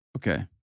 Okay